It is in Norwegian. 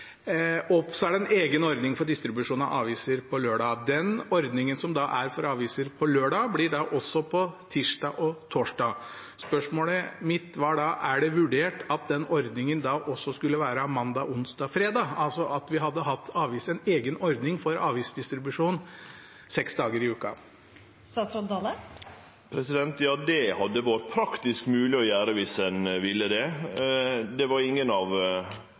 og så er det en egen ordning for distribusjon av aviser på lørdag. Den ordningen som er for aviser på lørdag, blir da også på tirsdag og torsdag. Spørsmålet mitt var: Er det vurdert at den ordningen da også skulle være mandag, onsdag og fredag, altså at vi hadde hatt en egen ordning for avisdistribusjon seks dager i uka? Ja, det hadde vore praktisk mogleg å gjere, viss ein ville det. Det var ingen av